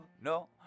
no